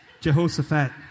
Jehoshaphat